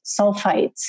sulfites